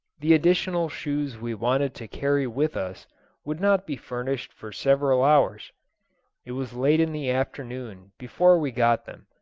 the additional shoes we wanted to carry with us would not be furnished for several hours it was late in the afternoon before we got them.